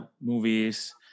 Movies